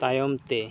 ᱛᱟᱭᱚᱢᱛᱮ